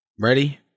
ready